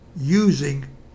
using